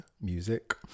music